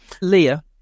Leah